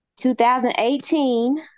2018